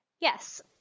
Yes